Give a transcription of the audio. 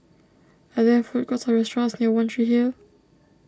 are there food courts or restaurants near one Tree Hill